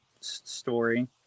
story